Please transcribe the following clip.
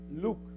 Luke